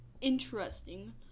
interesting